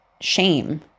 shame